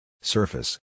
Surface